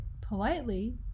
politely